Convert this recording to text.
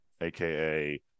aka